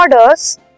orders